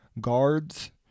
guards